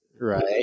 right